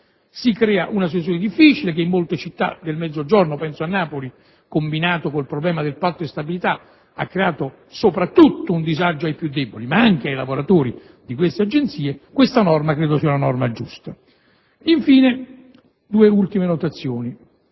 Si crea una situazione difficile che in molte città del Mezzogiorno (penso a Napoli), combinato con il problema del Patto di stabilità, ha determinato un disagio soprattutto ai più deboli, ma anche ai lavoratori di tali agenzie. Questa norma credo sia giusta! Infine, due ultime notazioni,